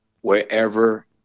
wherever